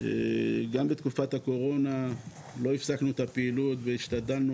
גם בתקופת הקורונה לא הפסקנו את הפעילות והשתדלנו